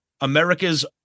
America's